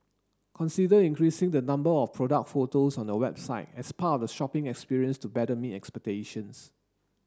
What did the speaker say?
consider increasing the number of product photos on your website as part of the shopping experience to better meet expectations